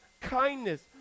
kindness